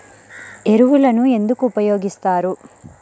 ఎరువులను ఎందుకు ఉపయోగిస్తారు?